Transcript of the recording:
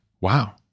wow